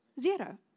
Zero